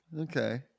okay